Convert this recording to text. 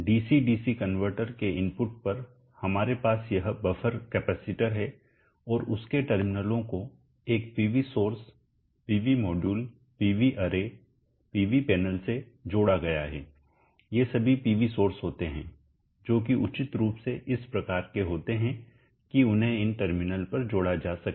DC DC converter के input पर हमारे पास यह बफर कैपेसिटर हैं और उसके टर्मिनलों को एक PV source PV module PV अरे पीवी पैनल से जोड़ा गया है ये सभी पीवी सोर्स होते हैं जो कि उचित रूप से इस प्रकार के होते हैं कि उन्हें इन टर्मिनल पर जोड़ा जा सके